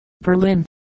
Berlin